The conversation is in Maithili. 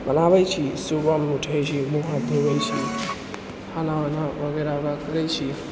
बनाबै छी सुबहमे उठै छी मुँह हाथ धोबै छी खाना वाना वगैरह करै छी